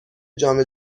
جام